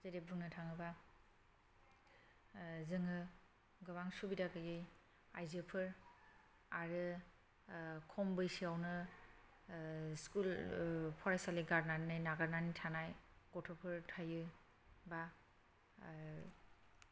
जेरै बुंनो थाङोब्ला जोङो गोबां सुबिदा गैयै आइजोफोर आरो खम बैसोआवनो स्कुल फरायसालि गारनानै नागारनानै थानाय गथ'फोर थायो एबा